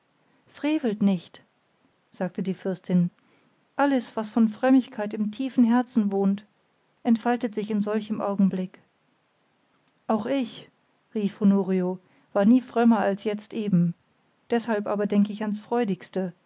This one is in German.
frevelt nicht sagte die fürstin alles was von frömmigkeit im tiefen herzen wohnt entfaltet sich in solchem augenblick auch ich rief honorio war nie frömmer als jetzt eben deshalb aber denk ich ans freudigste